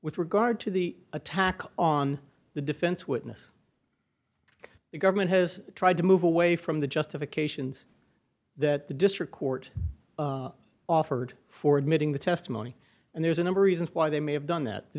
with regard to the attack on the defense witness the government has tried to move away from the justifications that the district court offered for admitting the testimony and there's a number reasons why they may have done that